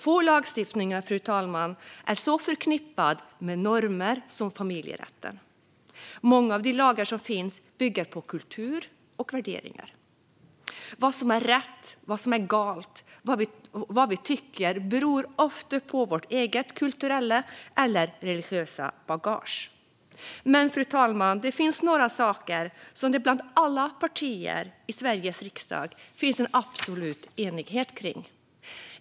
Få lagstiftningar, fru talman, är så förknippade med normer som familjerätten. Många av de lagar som finns bygger på kultur och värderingar. Vad som är rätt, vad som är galet och vad vi tycker beror ofta på vårt eget kulturella eller religiösa bagage. Men, fru talman, det finns några saker som det bland alla partier i Sveriges riksdag finns en absolut enighet om.